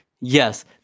Yes